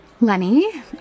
Lenny